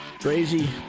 Crazy